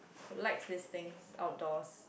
like this thing outdoors